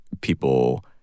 people